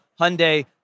Hyundai